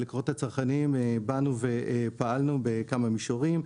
ללקוחות הצרכניים באנו ופעלנו בכמה מישורים,